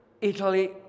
Italy